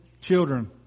children